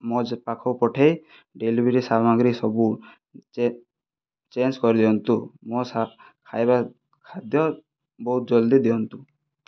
ମୋ ପାଖକୁ ପଠାଇ ଡେଲିଭରି ସାମଗ୍ରୀ ସବୁ ଚେଞ୍ଜ କରି ଦିଅନ୍ତୁ ମୋ ଖାଇବା ଖାଦ୍ୟ ବହୁତ ଜଲଦି ଦିଅନ୍ତୁ